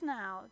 now